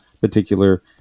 particular